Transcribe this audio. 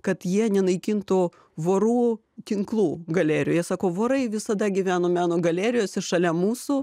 kad jie nenaikintų vorų tinklų galerijoje sako vorai visada gyveno meno galerijose šalia mūsų